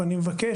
אני מבקש,